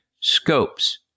Scopes